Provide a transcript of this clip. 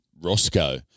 Roscoe